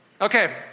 Okay